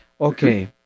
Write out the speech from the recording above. Okay